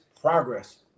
progress